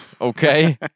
okay